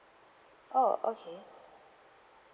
oh okay